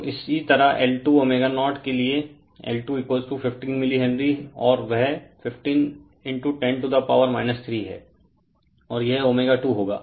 तो इसी तरह L2ω0 के लिए L215 मिली हेनरी और वह 15 10 टू दा पावर 3 है और यह ω2 होगा